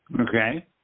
Okay